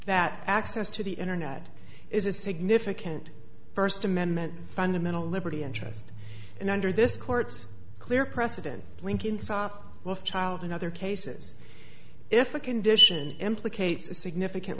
that access to the internet is a significant first amendment fundamental liberty interest and under this court's clear precedent linking saw with child in other cases if a condition implicates significant